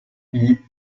gli